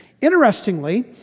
Interestingly